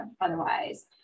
otherwise